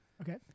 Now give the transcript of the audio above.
Okay